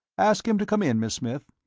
ask him to come in, miss smith.